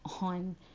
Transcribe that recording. on